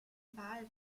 wahl